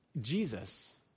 Jesus